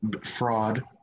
fraud